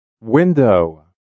Window